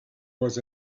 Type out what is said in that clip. was